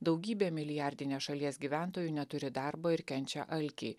daugybė milijardinės šalies gyventojų neturi darbo ir kenčia alkį